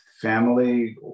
family